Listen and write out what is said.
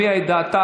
ואז תביע את דעתה,